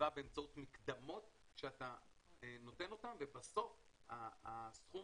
נקבעים באמצעות מקדמות שאתה נותן אותן ובסוף הסכום